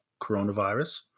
coronavirus